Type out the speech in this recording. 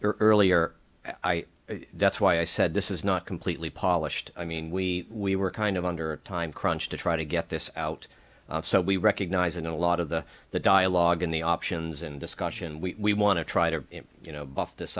if earlier that's why i said this is not completely polished i mean we we were kind of under a time crunch to try to get this out so we recognize in a lot of the the dialogue in the options and discussion we want to try to you know